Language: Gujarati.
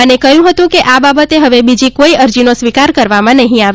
અને કહ્યું હતું કે આ બાબતે હવે બીજી કોઇ અરજીનો સ્વીકાર કરવામાં નહીં આવે